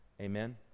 Amen